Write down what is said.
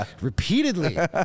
repeatedly